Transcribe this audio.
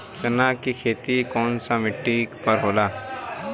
चन्ना के खेती कौन सा मिट्टी पर होला?